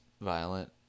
Violent